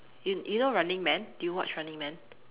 you you know running man do you watch running man